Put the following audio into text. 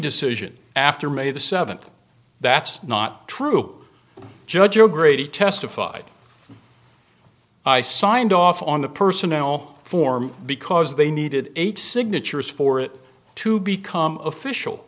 decision after may the seventh that's not true judge or grady testified that i signed off on the personnel form because they needed eight signatures for it to become official